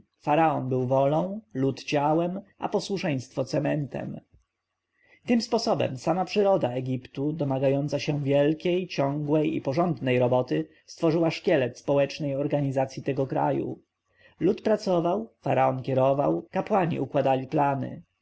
był wolą lud ciałem a posłuszeństwo cementem tym sposobem sama przyroda egiptu domagająca się wielkiej ciągłej i porządnej roboty stworzyła szkielet społecznej organizacji tego kraju lud pracował faraon kierował kapłani układali plany